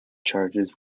charges